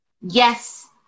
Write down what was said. yes